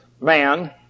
man